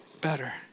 better